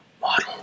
Model